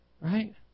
Right